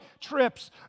trips